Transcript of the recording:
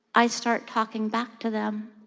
i start talking back to them.